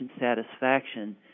satisfaction